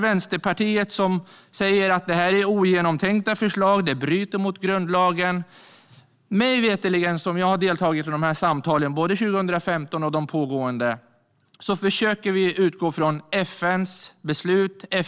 Vänsterpartiet säger att detta är ogenomtänkta förslag som bryter mot grundlagen. Jag har deltagit i dessa samtal, både dem som hölls 2015 och de pågående, och vi försöker mig veterligen utgå från FN:s beslut.